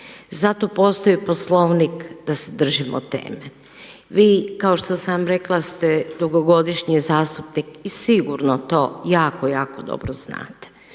Zato postoji Poslovnik da se držimo teme. Vi kao što sam vam rekla ste dugogodišnji zastupnik i sigurno to jako, jako dobro znate.